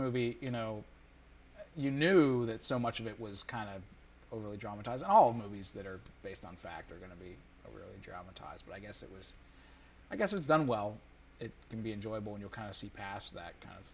movie you know you knew that so much of it was kind of overly dramatize all movies that are based on fact are going to be really dramatize but i guess it was i guess was done well it can be enjoyable when you're kind of past that kind of